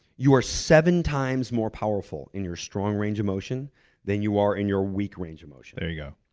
you are seven times more powerful in your strong range of motion than you are in your weak range of motion. there you go.